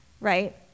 right